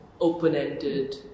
open-ended